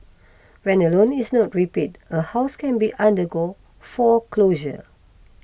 when a loan is not repaid a house can be undergo foreclosure